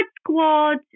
Squad